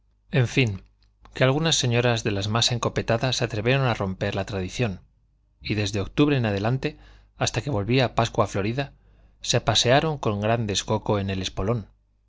en fin que algunas señoras de las más encopetadas se atrevieron a romper la tradición y desde octubre en adelante hasta que volvía pascua florida se pasearon con gran descoco en el espolón